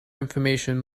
information